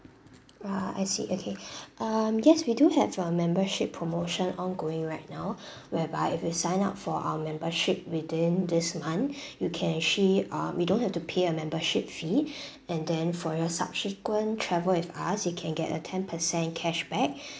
ah I see okay um yes we do have a membership promotion ongoing right now whereby if you sign up for our membership within this month you can actually uh you don't have to pay a membership fee and then for your subsequent travel with us you can get a ten percent cashback